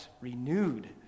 renewed